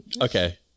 Okay